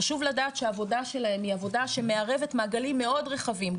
חשוב לדעת שהעבודה שלהם היא עבודה שמערבת מעגלים מאוד רחבים.